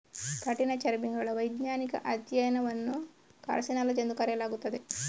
ಕಠಿಣಚರ್ಮಿಗಳ ವೈಜ್ಞಾನಿಕ ಅಧ್ಯಯನವನ್ನು ಕಾರ್ಸಿನಾಲಜಿ ಎಂದು ಕರೆಯಲಾಗುತ್ತದೆ